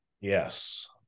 Yes